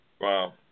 Wow